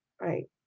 right